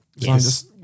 Yes